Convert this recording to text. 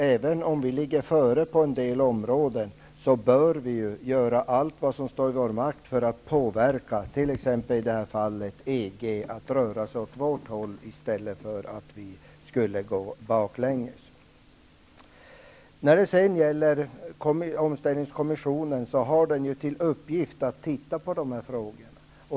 Även om vi ligger före på en del områden bör vi göra allt som står i vår makt för att påverka i det här fallet t.ex. EG att röra sig åt vårt håll i stället för att vi skall gå bakåt. Omställningskommissionen har till uppgift att undersöka dessa frågor.